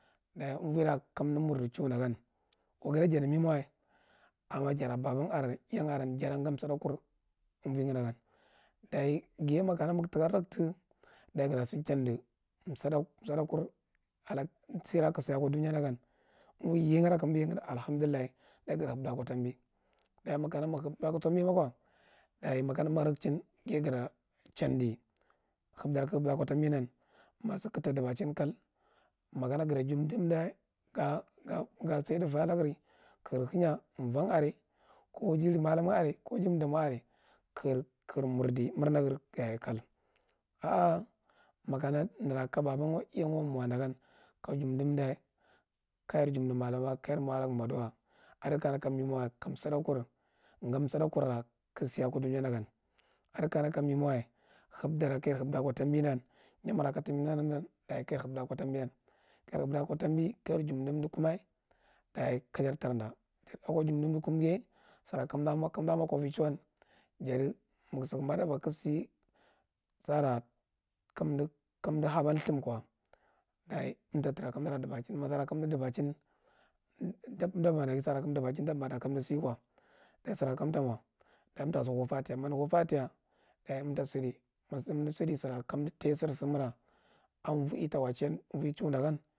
Ɗaye umvo rakadi mirdi chauda gan gako gataghi rnimawa, amma jara baban are iyan arren jara ga sudakur umvognagani, daye ghiye makagutikka raktu daye jutasi chandi suddak sudkur alak sira kagu si ako duya dagan, yeghara kamdi yegha da daye gahebu allahmdullah daye agafa hepdi aka tambi, daye ma kana guhepda aka tambi ma ko daye makana ghiye gurakchin ghaye ga tara chindi hepdira ka hepdi ako tambi dan masikagata dubachin kal, makana ga to jundu umda g- ga thufe ala gre ka gre henyeh von are ko jari mallumma are ko umdi damo are ka gre mirdi murnaa gre yaye kal, a a ma kana baban wa iyan wa mo d gan, ko jummchi umda kajar jumhi mallumma ka jar mo alaga duwa adikana me mawa adi kana me una wa ka sida kur ga sidakura kagu siakoduyae dagan adi ka me ma wa hephira ka gar hepa ko tambi dan yemara kajan uda ka tambi dan kajar hepda ko tambi ko jar hepda ka tambi ka jar jumdi umdu kumma daye ka jar tarda ako jumdi umda kumghinye sira kamda rno ako lvi chuwan jadi maga sukumba agan kagasi sara kamdi kamdi haba thumb kwa umta ra kamdi dubehin masira kamdi dubachim dab dapbada kamoli sinkwa daye sir kantama daye umtara hufatiya ma umdi hufatiya daye umta sidi ma umdi sira kamdi thahye siri sumura an voi ta wa chiye chu dagan.